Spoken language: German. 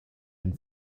den